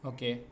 Okay